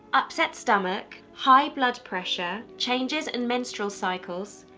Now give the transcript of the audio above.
upset stomach, high blood pressure changes in menstrual cycles,